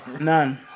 None